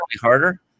harder